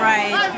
Right